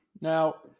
Now